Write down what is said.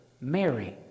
Mary